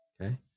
Okay